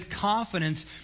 confidence